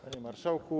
Panie Marszałku!